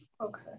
Okay